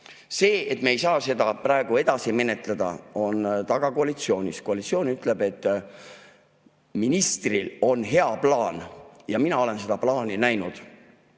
See, et me ei saa seda praegu edasi menetleda, on koalitsiooni taga. Koalitsioon ütleb, et ministril on hea plaan. Mina olen seda plaani näinud